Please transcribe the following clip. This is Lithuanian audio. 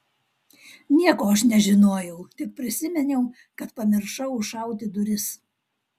nieko aš nežinojau tik prisiminiau kad pamiršau užšauti duris